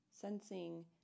sensing